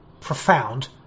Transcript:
profound